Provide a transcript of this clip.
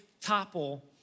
topple